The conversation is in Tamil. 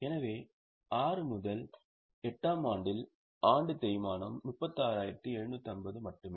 எனவே 6 முதல் 8 ஆம் ஆண்டில் ஆண்டு தேய்மானம் 36750 மட்டுமே